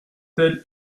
tel